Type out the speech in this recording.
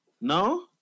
No